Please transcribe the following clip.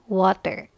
water